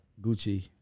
gucci